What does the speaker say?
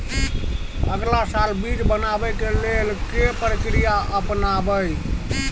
अगला साल बीज बनाबै के लेल के प्रक्रिया अपनाबय?